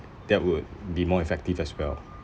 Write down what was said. that would be more effective as well